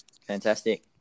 fantastic